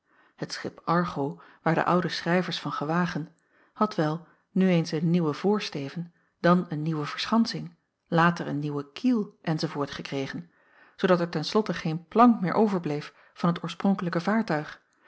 het schip argo waar de oude schrijvers van gewagen had wel nu eens een nieuwen voorsteven dan een nieuwe verschansing later een nieuwe kiel enz gekregen zoodat er ten slotte geen plank meer overbleef van het oorspronkelijke vaartuig